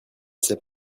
sait